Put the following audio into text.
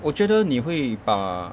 我觉得你会把